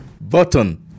button